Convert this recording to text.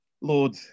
Lord